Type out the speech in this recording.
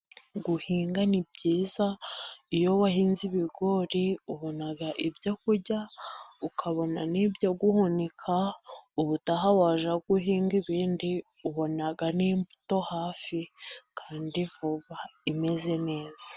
Guhinga ni byiza iyo wahinze ibigori ubona ibyo kurya ukabona n'ibyo guhunika. Ubutaha waja guhinga ibindi ukabona n'imbuto hafi kandi vuba imeze neza.